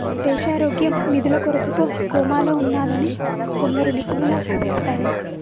దేశారోగ్యం నిధుల కొరతతో కోమాలో ఉన్నాదని కొందరు నిపుణుల అభిప్రాయం